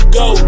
go